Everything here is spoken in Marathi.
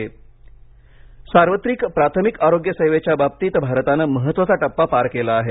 आयष्मान भारत सार्वत्रिक प्राथमिक आरोग्य सेवेच्या बाबतीत भारताने महत्त्वाचा टप्पा पार केला आहे